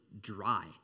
dry